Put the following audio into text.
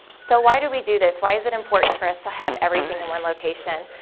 so why do we do this, why is it important for us to have everything in one location?